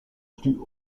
plus